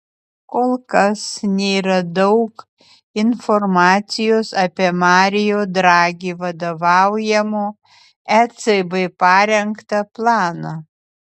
kol kas nėra daug informacijos apie mario dragi vadovaujamo ecb parengtą planą